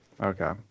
Okay